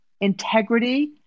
integrity